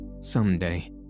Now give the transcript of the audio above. someday